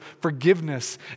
forgiveness